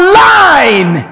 line